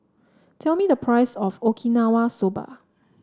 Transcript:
tell me the price of Okinawa Soba